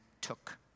took